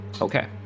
Okay